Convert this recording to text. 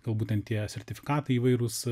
galbūt ten tie sertifikatai įvairūs